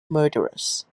murderers